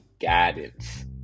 guidance